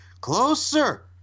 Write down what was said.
closer